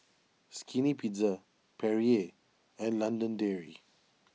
Skinny Pizza Perrier and London Dairy